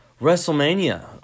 WrestleMania